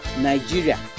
Nigeria